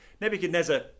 Nebuchadnezzar